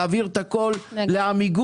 להעביר את הכול לעמיגור,